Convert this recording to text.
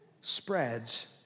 spreads